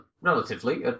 Relatively